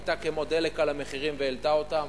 היתה כמו דלק על המחירים והעלתה אותם,